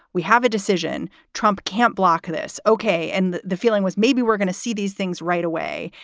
we have a decision. trump can't block this. okay. and the feeling was maybe we're going to see these things right away.